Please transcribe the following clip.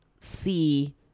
see